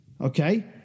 okay